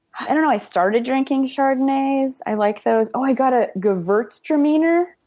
i don't know i started drinking chardonnays, i like those. oh, i got ah gewurztraminer.